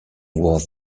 was